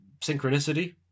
synchronicity